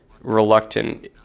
reluctant